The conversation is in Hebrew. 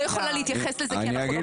לא יכולה להתייחס לזה כי אנחנו לא בשחיטה.